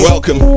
Welcome